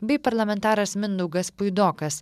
bei parlamentaras mindaugas puidokas